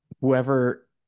whoever